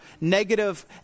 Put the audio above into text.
negative